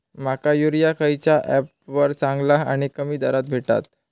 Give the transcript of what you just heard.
माका युरिया खयच्या ऍपवर चांगला आणि कमी दरात भेटात?